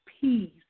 peace